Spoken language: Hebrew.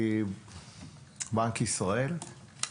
בנק ישראל?